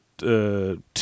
Two